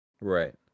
Right